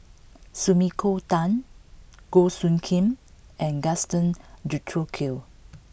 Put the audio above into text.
Sumiko Tan Goh Soo Khim and Gaston Dutronquoy